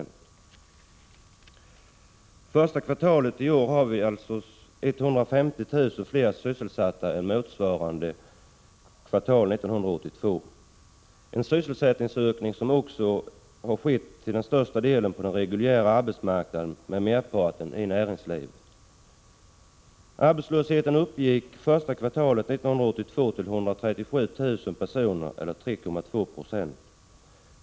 Under första kvartalet i år hade vi alltså 150 000 fler sysselsatta än motsvarande kvartal 1982, en sysselsättningsökning som också till största delen har skett på den reguljära arbetsmarknaden ute i näringslivet. Arbetslösheten uppgick första kvartalet 1982 till 137 000 personer eller 3,2 20.